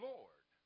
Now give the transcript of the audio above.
Lord